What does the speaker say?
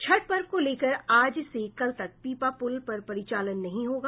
छठ पर्व को लेकर आज से कल तक पीपा पुल पर परिचालन नहीं होगा